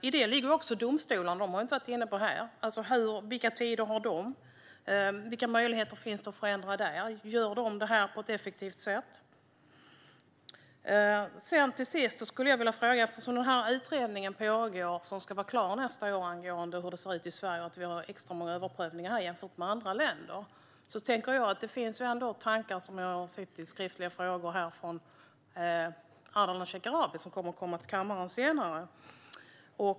I detta ligger också domstolarna, som vi inte har varit inne på här. Vilka tider har de? Vilka möjligheter finns det att förändra något där? Gör de detta på ett effektivt sätt? Till sist vill jag ställa en annan fråga. Utredningen angående hur det ser ut i Sverige och att vi har extra många överprövningar här jämfört med andra länder pågår, och den ska vara klar nästa år. Det finns tankar som jag har sett i skriftliga frågesvar från Ardalan Shekarabi, som kommer att komma till kammaren senare.